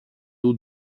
eau